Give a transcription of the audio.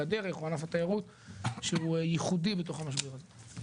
הדרך או ענף התיירות שהוא ייחודי בתוך המשבר הזה.